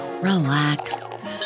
relax